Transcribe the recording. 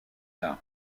tard